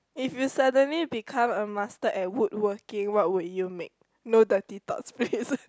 if you suddenly become a master at woodworking what would you make no dirty thoughts please